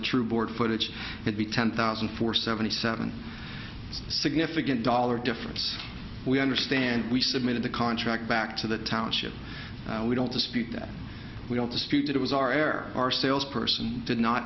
the true board footage would be ten thousand for seventy seven significant dollars difference we understand we submitted the contract back to the township we don't dispute that we don't dispute that it was our air our sales person did not